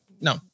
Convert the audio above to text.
no